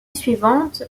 suivante